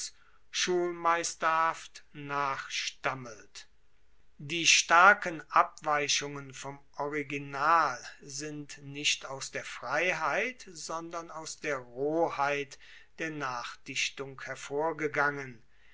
schulmeisterhaft nachstammelt die starken abweichungen vom original sind nicht aus der freiheit sondern aus der roheit der nachdichtung hervorgegangen